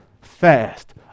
fast